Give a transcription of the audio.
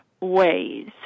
ways